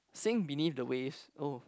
sing beneath the waves oh